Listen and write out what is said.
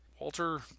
Walter